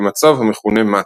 במצב המכונה מט.